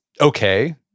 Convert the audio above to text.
okay